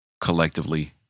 collectively